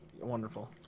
Wonderful